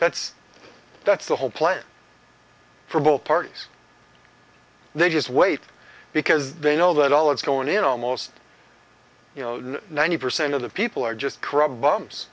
that's that's the whole plan for both parties they just wait because they know that all is going in almost ninety percent of the people are just corrupt bums